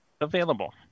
available